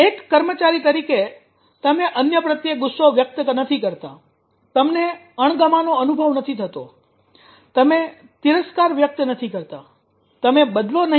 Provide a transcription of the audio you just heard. એક કર્મચારી તરીકે તમે અન્ય પ્રત્યે ગુસ્સો વ્યક્ત નથી કરતા તમને અણગમાનો અનુભવ નથી થતો તમે તિરસ્કાર વ્યક્ત નથી કરતા તમે બદલો નહીં લો